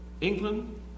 England